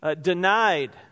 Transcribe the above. denied